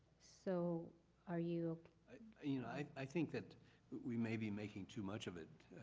so are you you know i think that we may be making too much of it.